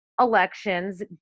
elections